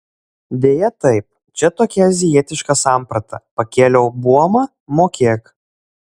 deja taip čia tokia azijietiška samprata pakėliau buomą mokėk